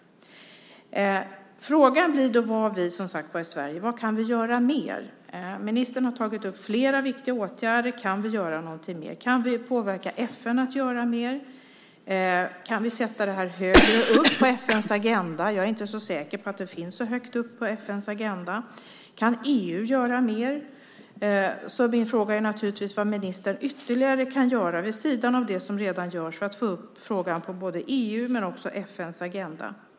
Frågan blir då vad vi i Sverige kan göra mer. Ministern har tagit upp flera viktiga åtgärder. Kan vi göra något mer? Kan vi påverka FN att göra mer? Kan vi sätta frågan högre upp på FN:s agenda? Jag är inte så säker på att den är så högt upp på FN:s agenda. Kan EU göra mer? Min fråga är naturligtvis: Vad kan ministern ytterligare göra vid sidan av det som redan görs för att få upp frågan på både EU:s och FN:s agenda?